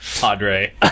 Padre